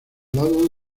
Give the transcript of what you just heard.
lado